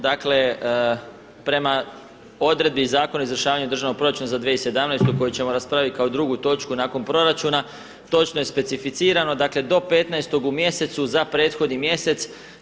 Dakle, prema odredbi Zakona o izvršavanju državnog proračuna za 2017. koji ćemo raspraviti kao drugu točku nakon proračuna točno je specificirano, dakle do 15. u mjesecu za prethodni mjesec.